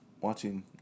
watching